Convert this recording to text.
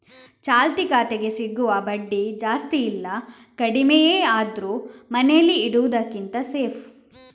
ಚಾಲ್ತಿ ಖಾತೆಗೆ ಸಿಗುವ ಬಡ್ಡಿ ಜಾಸ್ತಿ ಇಲ್ಲ ಕಡಿಮೆಯೇ ಆದ್ರೂ ಮನೇಲಿ ಇಡುದಕ್ಕಿಂತ ಸೇಫ್